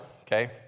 okay